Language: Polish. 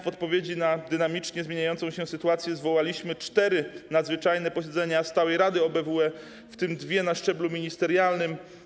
W odpowiedzi na dynamicznie zmieniającą się sytuację zwołaliśmy cztery nadzwyczajne posiedzenia Stałej Rady OBWE, w tym dwa na szczeblu ministerialnym.